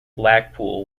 blackpool